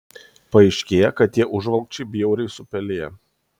paaiškėja kad tie užvalkčiai bjauriai supeliję